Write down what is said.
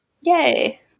Yay